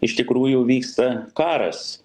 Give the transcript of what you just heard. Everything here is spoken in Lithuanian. iš tikrųjų vyksta karas